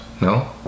No